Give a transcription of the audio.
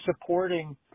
supporting